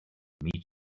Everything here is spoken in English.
meet